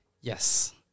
Yes